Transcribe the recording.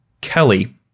Kelly